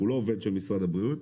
הוא לא עובד של משרד הבריאות,